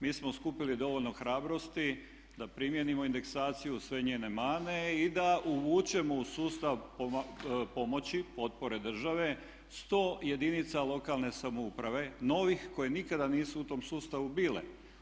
Mi smo skupili dovoljno hrabrosti da primijenimo indeksaciju, sve njene mane i da uvučemo u sustav pomoći, potpore države 100 jedinica lokalne samouprave novih koje nikada nisu u tom sustavu bile.